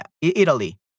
Italy